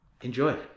Enjoy